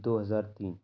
دو ہزار تین